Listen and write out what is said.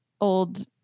old